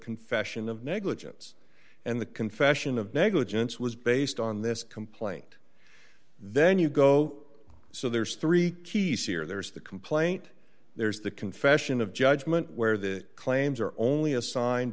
confession of negligence and the confession of negligence was based on this complaint then you go so there's three keys here there's the complaint there's the confession of judgment where the claims are only assigned